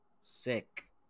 sick